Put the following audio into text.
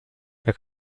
der